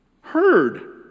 heard